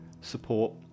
support